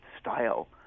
style